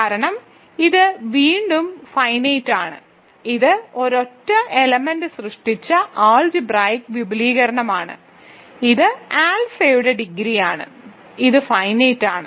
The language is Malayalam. കാരണം ഇത് വീണ്ടും ഫൈനൈറ്റ് ആണ് ഇത് ഒരൊറ്റ എലമെന്റ് സൃഷ്ടിച്ച അൾജിബ്രായിക്ക് വിപുലീകരണമാണ് ഇത് ആൽഫയുടെ ഡിഗ്രിയാണ് ഇത് ഫൈനൈറ്റ് ആണ്